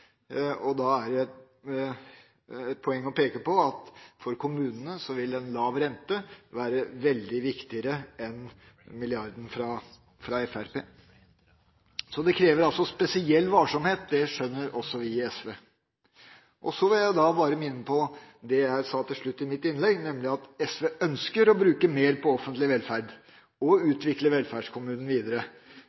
Da er det et poeng å peke på at for kommunene vil en lav rente være veldig mye viktigere enn milliarden fra Fremskrittspartiet. Det krever spesiell varsomhet. Det skjønner også vi i SV. Så vil jeg bare minne om, som jeg sa til slutt i mitt innlegg, at SV ønsker å bruke mer på offentlig velferd og utvikle velferdskommunen videre.